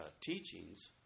teachings